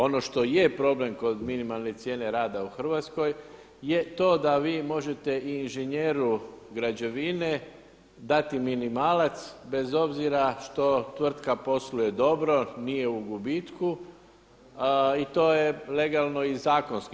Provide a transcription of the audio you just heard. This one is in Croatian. Ono što je problem kod minimalne cijene rada u Hrvatskoj je to da vi možete i inženjeru građevine dati minimalac bez obzira što tvrtka posluje dobro, nije u gubitku i to je legalno i zakonski.